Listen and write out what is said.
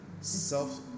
self